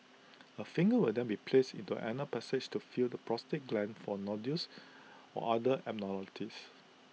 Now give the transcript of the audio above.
A finger will then be placed into anal passage to feel the prostate gland for nodules or other abnormalities